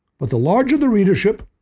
but the larger the readership,